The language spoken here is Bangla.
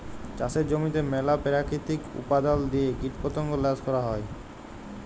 চাষের জমিতে ম্যালা পেরাকিতিক উপাদাল দিঁয়ে কীটপতঙ্গ ল্যাশ ক্যরা হ্যয়